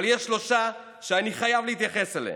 אבל יש שלושה שאני חייב להתייחס אליהם.